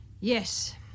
Yes